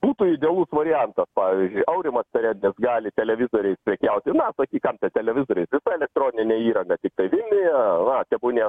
būtų idealus variantas pavyzdžiui aurimas perednis gali televizoriais prekiauti na sakyk kam tie televizoriai visa elektronine įranga tiktai vilniuje na tebūnie